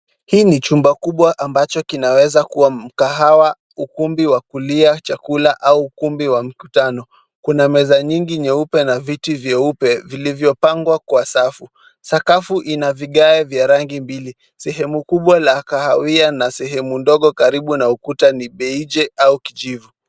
Hii ni chumba kubwa ambacho kinaweza kuwa mkahawa, ukumbi wa kulia chakula au ukumbi wa mkutano. Kuna meza nyingi nyeupe na viti vyeupe vilivyopangwa kwa safu. Sakafu ina vigae vya rangi mbili, sehemu kubwa la kahawia na sehemu ndogo karibu na ukuta ni beije au kijivu.